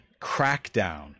crackdown